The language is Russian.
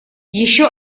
еще